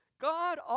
God